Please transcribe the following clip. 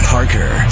Parker